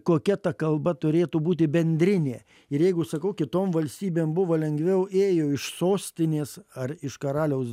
kokia ta kalba turėtų būti bendrinė ir jeigu sakau kitom valstybėm buvo lengviau ėjo iš sostinės ar iš karaliaus